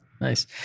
Nice